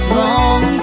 long